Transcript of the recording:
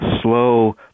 slow